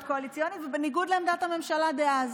הקואליציונית ובניגוד לעמדת הממשלה דאז.